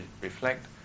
reflect